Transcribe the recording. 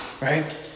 right